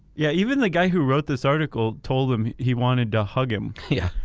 yeah even the guy who wrote this article told him he wanted to hug him. yeah.